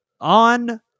On